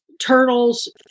turtles